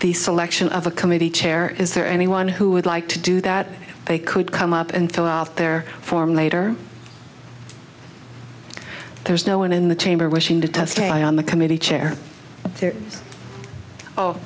the selection of a committee chair is there anyone who would like to do that they could come up and fill out their form later there's no one in the chamber wishing to testify on the committee chair